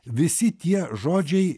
visi tie žodžiai